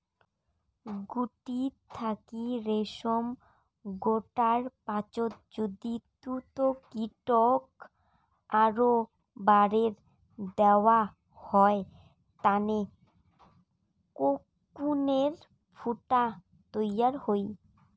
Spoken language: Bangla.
গুটি থাকি রেশম গোটার পাচত যদি তুতকীটক আরও বারের দ্যাওয়া হয় তানে কোকুনের ফুটা তৈয়ার হই